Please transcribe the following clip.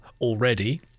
already